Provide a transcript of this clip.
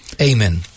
Amen